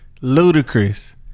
ludicrous